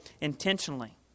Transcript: intentionally